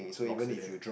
locks it in